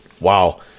wow